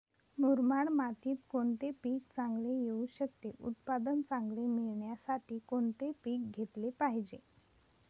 मुरमाड मातीत कोणते पीक चांगले येऊ शकते? उत्पादन चांगले मिळण्यासाठी कोणते पीक घेतले पाहिजे?